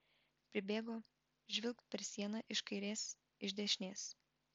pribėgo žvilgt per sieną iš kairės iš dešinės